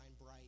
bright